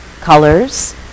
colors